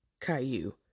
Caillou